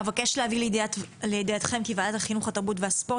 אבקש להביא לידיעתכם כי ועדת החינוך התרבות והספורט